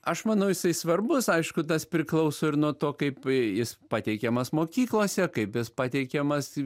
aš manau jisai svarbus aišku tas priklauso ir nuo to kaip jis pateikiamas mokyklose kaip jis pateikiamas